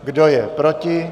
Kdo je proti?